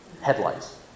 headlights